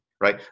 right